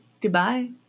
Goodbye